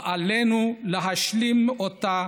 ועלינו להשלים אותה